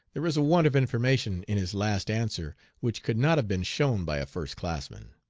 there is a want of information in his last answer which could not have been shown by a first-classman.